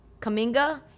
Kaminga